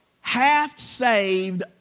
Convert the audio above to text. half-saved